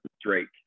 Drake